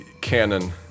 canon